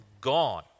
gone